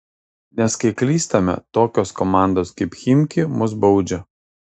nes kai klystame tokios komandos kaip chimki mus baudžia